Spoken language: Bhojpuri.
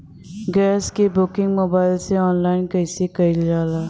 गैस क बुकिंग मोबाइल से ऑनलाइन कईसे कईल जाला?